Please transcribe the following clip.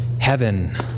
heaven